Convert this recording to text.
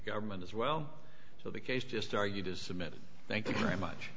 government as well so the case just argued is submitted thank you very much